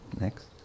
Next